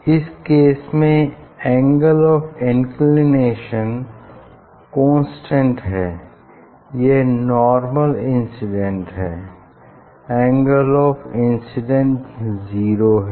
इस केस में angle of inclination constant है यह नॉर्मल इंसीडेंस है एंगल ऑफ इंसिडेंट जीरो है